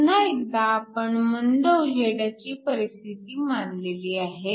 पुन्हा एकदा आपण मंद उजेडाची परिस्थिती मानलेली आहे